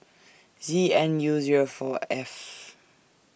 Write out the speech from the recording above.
Z N U Zero four F